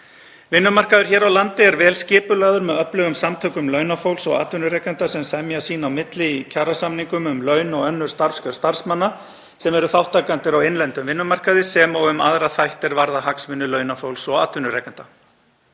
Vinnumarkaður hér á landi er vel skipulagður með öflugum samtökum launafólks og atvinnurekenda sem semja sín á milli í kjarasamningum um laun og önnur starfskjör starfsmanna sem eru þátttakendur á innlendum vinnumarkaði, sem og um aðra þætti er varða hagsmuni launafólks og atvinnurekenda.